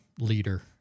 leader